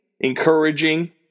encouraging